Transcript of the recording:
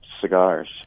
cigars